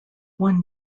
one